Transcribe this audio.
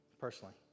personally